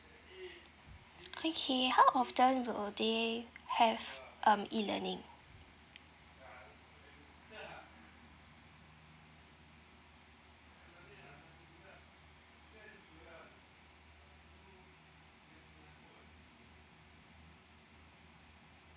okay how often will they have um e learning